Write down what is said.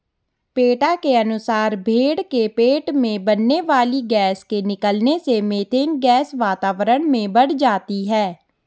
PETA के अनुसार भेंड़ के पेट में बनने वाली गैस के निकलने से मिथेन गैस वातावरण में बढ़ जाती है